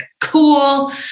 cool